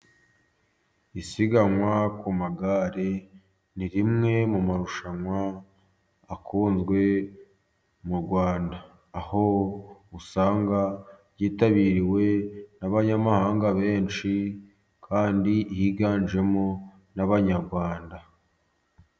Isiganwa ku magare ni rimwe mu marushanwa akunzwe mu Rwanda, aho usanga ryitabiriwe n'abanyamahanga benshi kandi yiganjemo n'abanyarwanda.